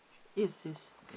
yes yes